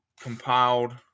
compiled